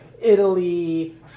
Italy